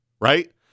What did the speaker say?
right